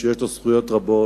שיש לו זכויות רבות,